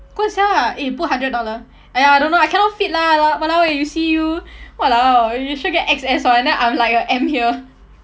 cause ya eh put hundred dollar !aiya! I don't know I cannot fit lah !wah! !walao! eh you see you !walao! you sure get X_S [one] then I'm like a M here